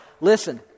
Listen